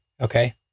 Okay